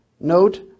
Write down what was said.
note